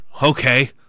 okay